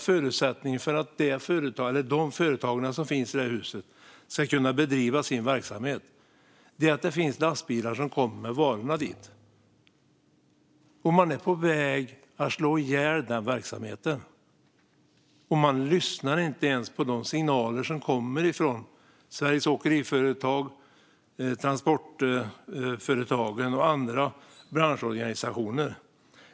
Förutsättningen för att de företag som finns i det huset ska kunna bedriva sin verksamhet är att det finns lastbilar som kommer dit med varorna. Man är på väg att slå ihjäl den verksamheten. Man lyssnar inte ens på de signaler som kommer från Sveriges Åkeriföretag, Transportföretagen och andra branschorganisationer.